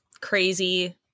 crazy